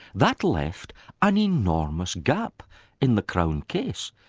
that left an enormous gap in the crown case,